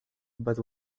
but